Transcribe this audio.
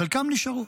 חלקם נשארו,